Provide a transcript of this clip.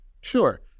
Sure